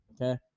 okay